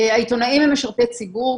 העיתונאים הם משרתי ציבור,